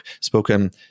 spoken